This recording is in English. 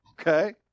okay